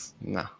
No